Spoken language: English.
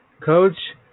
Coach